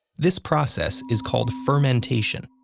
this process is called fermentation.